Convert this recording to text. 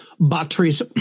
batteries